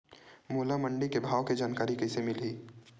मोला मंडी के भाव के जानकारी कइसे मिलही?